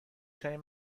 ترین